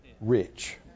rich